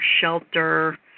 shelter